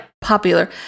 popular